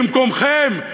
במקומכם,